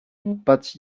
but